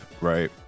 right